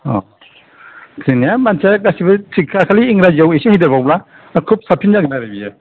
औ होनाया मानसिया गासिबो थिगखा खालि इंराजिआव एसे होदेर बावोबा खुब साबसिन जागोन आरो बियो